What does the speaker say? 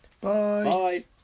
Bye